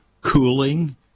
cooling